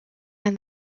and